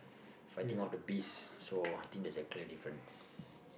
fighting off the beast so I think there's a clear difference